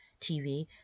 TV